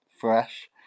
fresh